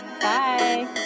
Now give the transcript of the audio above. Bye